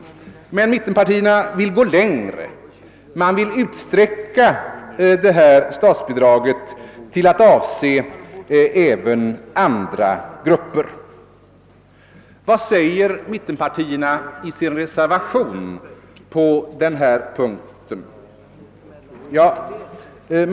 Men mittenpartierna vill gå längre. De vill utsträcka statsbidraget till att avse även andra grupper. Vad säger mittenpartierna i sin reservation på den här punkten?